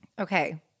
Okay